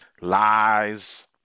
Lies